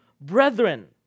brethren